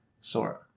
Sora